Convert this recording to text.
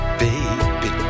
baby